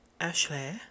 Ashley